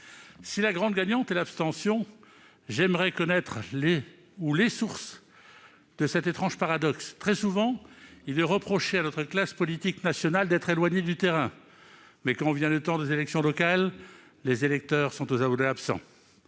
Si la grande gagnante est l'abstention, j'aimerais connaître la ou les sources de cet étrange paradoxe : il est très souvent reproché à notre classe politique nationale d'être éloignée du terrain ; mais quand vient le temps des élections locales, les électeurs sont aux abonnés absents.